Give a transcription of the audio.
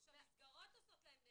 או שהמסגרות עושות להם נזק.